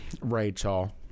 Rachel